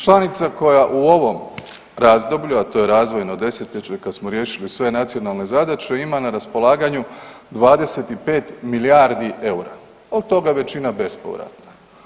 Članica koja u ovom razdoblju, a to je razvojno desetljeće jer kad smo riješili sve nacionalne zadaće ima na raspolaganju 25 milijardi EUR-a, od toga većina bespovratna.